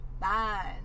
fine